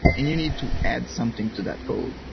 and you need to add something to that code.